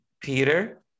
peter